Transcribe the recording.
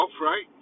right